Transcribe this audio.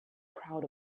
crowd